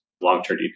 long-term